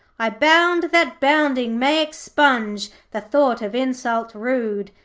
i bound that bounding may expunge the thought of insult rude.